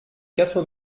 quatre